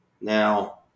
Now